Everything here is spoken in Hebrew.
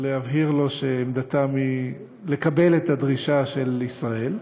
להבהיר לו שעמדתם היא לקבל את הדרישה של ישראל.